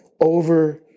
over